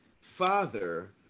father